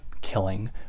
killing